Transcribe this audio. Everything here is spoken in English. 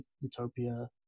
utopia